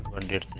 hundred